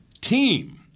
team